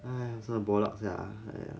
!hais! 真的 bullocks 这样 !aiya!